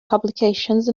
publications